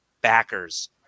backers